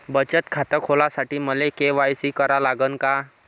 बचत खात खोलासाठी मले के.वाय.सी करा लागन का?